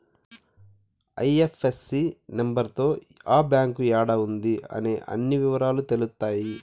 IFSC number తో ఆ bank యాడా ఉంది అనే అన్ని ఇవరాలు తెలుత్తాయి